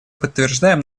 подтверждаем